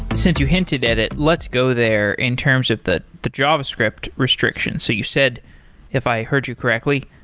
since you hinted at it, let's go there in terms of the the javascript restrictions so you said if i heard you correctly.